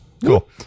Cool